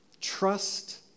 Trust